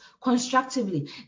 constructively